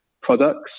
products